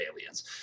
aliens